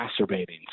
exacerbating